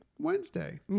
Wednesday